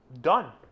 done